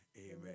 Amen